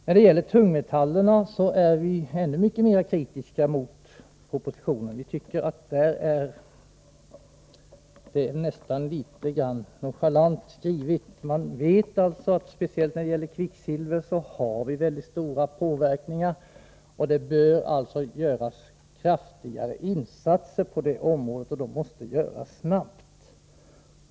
När det gäller tungmetallerna är vi ännu mycket mera kritiska mot propositionen. Vi tycker nästan att det är något nonchalant skrivet. Speciellt när det gäller kvicksilver förekommer mycket stora påverkningar. Det bör alltså göras kraftigare insatser på området, och de måste göras snabbt.